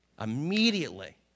Immediately